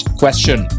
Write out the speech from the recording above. question